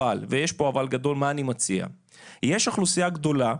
יש אוכלוסייה גדולה,